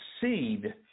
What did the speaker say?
seed